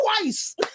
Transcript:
Twice